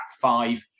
five